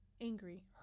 angry